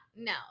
No